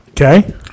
Okay